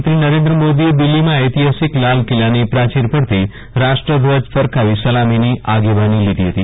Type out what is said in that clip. પ્રધાનમંત્રી નરેન્દ્ર મોદીએ દિલ્હીમાં ઐતિહાસીક લાલકિલ્લાની પ્રાચીર પરથી રાષ્ટ્રધ્વજ ફરકાવી સલામીની આગેવાની લીધી હતી